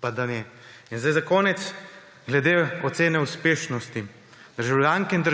pa, da ne. Za konec glede ocene uspešnosti. Državljanke in